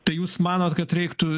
tai jūs manot kad reiktų